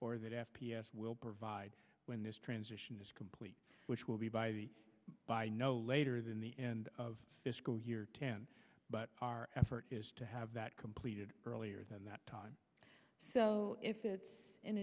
or that f p s will provide when this transition is complete which will be by the by no later than the end of fiscal year ten but our effort is to have that completed earlier than that time so i